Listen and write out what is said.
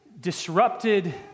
disrupted